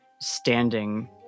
standing